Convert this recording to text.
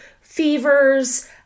fevers